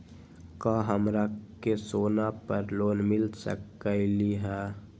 का हमरा के सोना पर लोन मिल सकलई ह?